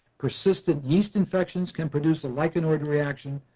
persistent yeast infections can produce a lichenoid reaction,